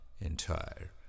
entire